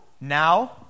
now